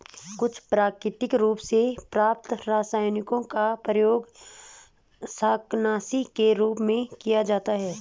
कुछ प्राकृतिक रूप से प्राप्त रसायनों का प्रयोग शाकनाशी के रूप में किया जाता है